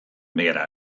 behera